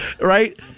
right